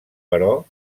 però